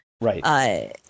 right